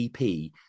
EP